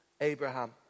Abraham